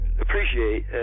appreciate